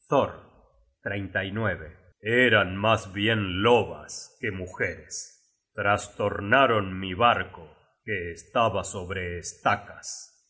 matando mujeres thor eran mas bien lobas que mujeres trastornaron mi barco que estaba sobre estacas